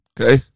Okay